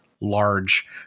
large